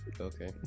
Okay